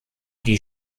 die